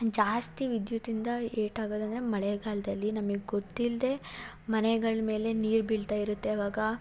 ಜಾಸ್ತಿ ವಿದ್ಯುತ್ತಿನಿಂದ ಏಟ್ ಆಗೋದಂದರೆ ಮಳೆಗಾಲದಲ್ಲಿ ನಮಗೆ ಗೊತ್ತಿಲ್ಲದೇ ಮನೆಗಳ ಮೇಲೆ ನೀರು ಬೀಳ್ತಾಯಿರುತ್ತೆ ಆವಾಗ